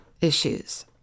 issues